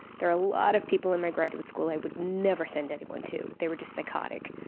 there are a lot of people in my graduate school i would never send anyone to. they were just psychotic.